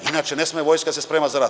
Inače, ne sme vojska da se sprema za rat.